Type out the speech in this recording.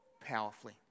powerfully